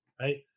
Right